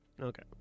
Okay